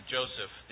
Joseph